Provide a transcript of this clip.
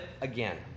again